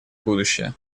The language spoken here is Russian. будущее